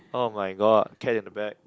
[oh]-my-god cat in the bag